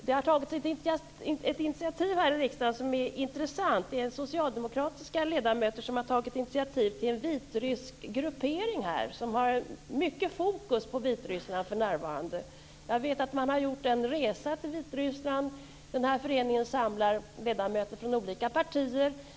Det har tagits ett intressant initiativ här i riksdagen. Socialdemokratiska ledamöter har tagit initiativ till en vitrysk gruppering, som har mycket fokus på Vitryssland för närvarande. Jag vet att man har gjort en resa till Vitryssland. Föreningen samlar ledamöter från olika partier.